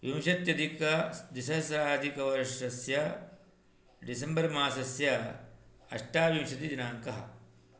विंशत्यधिकद्विसहस्राधिकवर्षस्य December मासस्य अष्टाविंशतिदिनाङ्कः